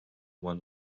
one